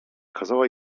kazała